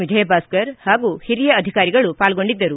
ವಿಜಯಭಾಸ್ತರ್ ಹಾಗೂ ಹಿರಿಯ ಅಧಿಕಾರಿಗಳು ಪಾಲ್ಗೊಂಡಿದ್ದರು